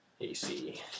AC